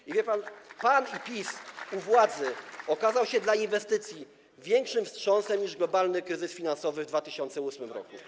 I wie pan, pan i PiS u władzy okazaliście się dla inwestycji większym wstrząsem niż globalny kryzys finansowy w 2008 r.